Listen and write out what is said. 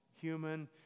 human